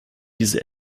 diese